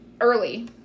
early